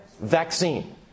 Vaccine